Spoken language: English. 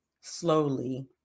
slowly